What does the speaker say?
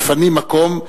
אתה יודע, מפנים מקום.